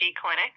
Clinic